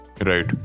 Right